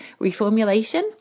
reformulation